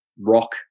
rock